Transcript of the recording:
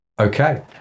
okay